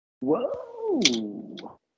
Whoa